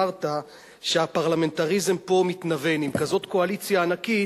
אמרת שהפרלמנטריזם פה מתנוון עם כזו קואליציה ענקית.